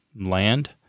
land